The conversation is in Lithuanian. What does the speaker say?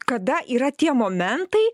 kada yra tie momentai